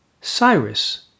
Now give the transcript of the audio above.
Cyrus